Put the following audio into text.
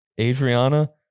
Adriana